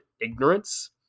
ignorance